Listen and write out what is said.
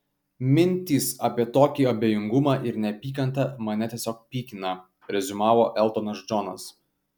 mintys apie tokį abejingumą ir neapykantą mane tiesiog pykina reziumavo eltonas džonas